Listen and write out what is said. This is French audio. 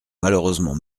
malheureusement